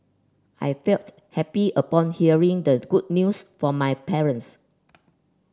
I felt happy upon hearing the good news from my parents